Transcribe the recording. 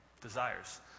desires